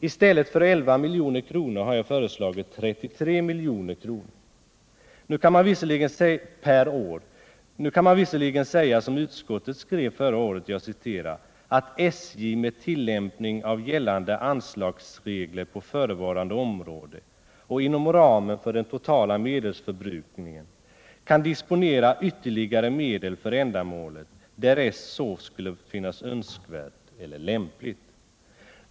I stället för 11 milj.kr. har jag föreslagit 23 milj.kr. per år. Nu kan man visserligen säga som utskottet gjorde förra året, att ”SJ med tillämpning av gällande anslagsregler på förevarande område och inom ramen för den totala medelsförbrukningen — kan disponera ytterligare medel för ändamålet därest så skulle finnas önskvärt eller lämpligt”.